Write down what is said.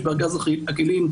יש בארגז הכלים,